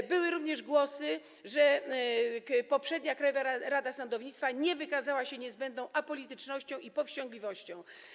Padały również głosy, że poprzednia Krajowa Rada Sądownictwa nie wykazała się niezbędną apolitycznością i powściągliwością.